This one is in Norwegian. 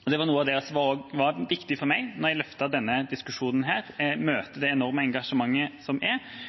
Det var også noe av det som var viktig for meg da jeg løftet denne diskusjonen – å møte det enorme engasjementet som er,